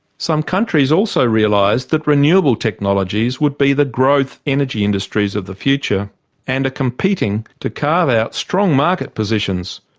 some countries also realized that renewable technologies would be the growth energy industries of the future and are competing to carve out strong market positions,